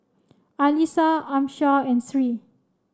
Alyssa Amsyar and Three